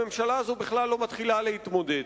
הממשלה הזאת בכלל לא מתחילה להתמודד.